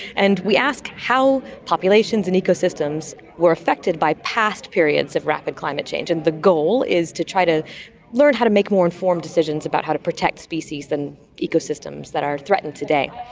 and we ask how populations and ecosystems were affected by past periods of rapid climate change, and the goal is to try to learn how to make more informed decisions about how to protect species than ecosystems that are threatened today.